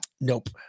Nope